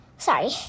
Sorry